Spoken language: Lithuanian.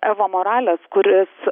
eva moralės kuris